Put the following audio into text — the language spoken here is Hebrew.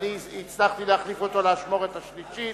ואני הצלחתי להחליף אותו לאשמורת השלישית,